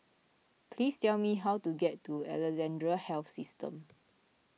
please tell me how to get to Alexandra Health System